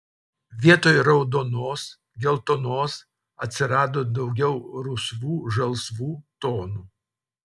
vietoj raudonos geltonos atsirado daugiau rusvų žalsvų tonų